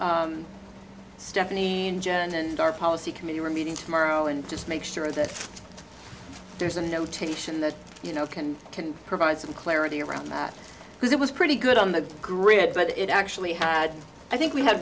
with stephanie and gender and our policy committee we're meeting tomorrow and just make sure that there's a notation that you know can can provide some clarity around that because it was pretty good on the grid but it actually had i think we had